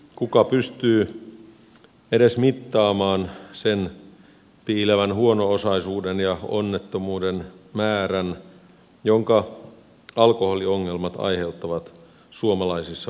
kuka pystyy edes mittaamaan sen piilevän huono osaisuuden ja onnettomuuden määrän jonka alkoholiongelmat aiheuttavat suomalaisissa perheissä